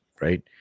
right